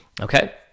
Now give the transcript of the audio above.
Okay